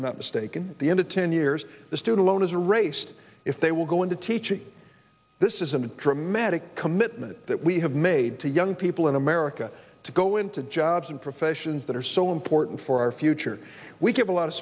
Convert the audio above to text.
that mistake and the end of ten years the student loan is a racist if they will go into teaching this is a dramatic commitment that we have made to young people in america to go into jobs and professions that are so important for our future we get a lot of